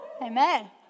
Amen